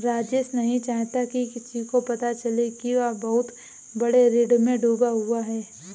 राजेश नहीं चाहता किसी को भी पता चले कि वह बहुत बड़े ऋण में डूबा हुआ है